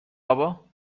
بابا